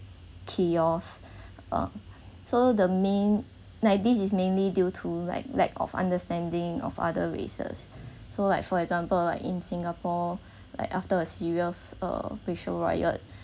chaos uh so the main like this is mainly due to like lack of understanding of other races so like for example in singapore like after a serious uh racial riot